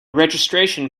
registration